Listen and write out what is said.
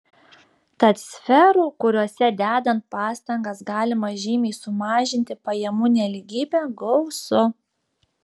tad sferų kuriose dedant pastangas galima žymiai sumažinti pajamų nelygybę gausu